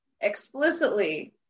explicitly